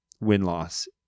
win-loss